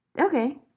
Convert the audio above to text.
Okay